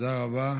תודה רבה.